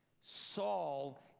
Saul